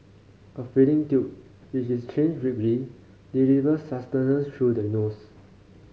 a feeding tube which is changed weekly deliver sustenance through the nose